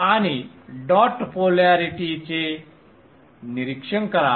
आणि डॉट पोलॅरिटीचे निरीक्षण करा